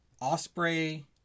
Osprey